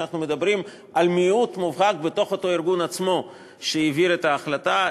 אנחנו מדברים על מיעוט מובהק בתוך אותו ארגון עצמו שהעביר את ההחלטה.